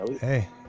hey